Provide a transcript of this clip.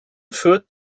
führt